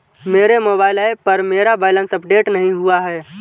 मेरे mobile app पर मेरा बैलेंस अपडेट नहीं हुआ है